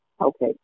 Okay